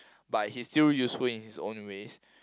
but he still useful in his own ways